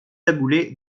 taboulé